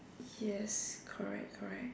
yes correct correct